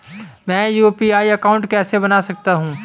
मैं UPI account कैसे बना सकता हूं?